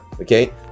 okay